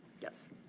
yes.